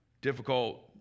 difficult